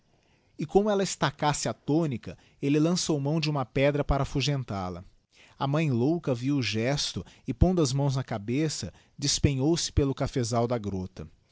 e como ella estacasse attonita elle lançou mão de uma pedra para afugental a a mãe louca viu o gesto e pondo as mãos na cabeça despenhou se pelo cafesal da grota